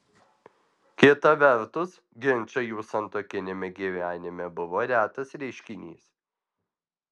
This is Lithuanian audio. kita vertus ginčai jų santuokiniame gyvenime buvo retas reiškinys